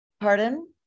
Pardon